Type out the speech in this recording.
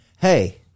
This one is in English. Hey